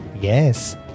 Yes